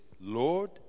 Lord